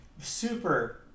Super